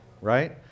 right